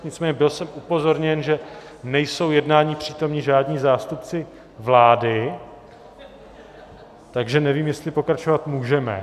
Nicméně byl jsem upozorněn, že nejsou jednání přítomni žádní zástupci vlády, takže nevím, jestli pokračovat můžeme.